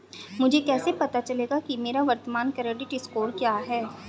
मुझे कैसे पता चलेगा कि मेरा वर्तमान क्रेडिट स्कोर क्या है?